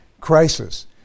crisis